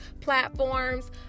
platforms